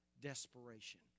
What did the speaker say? desperation